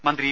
മന്ത്രി ഇ